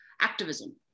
activism